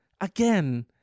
Again